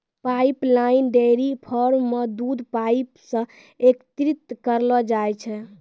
pipeline dairy farm म दूध pipe सें एकत्रित करलो जाय छै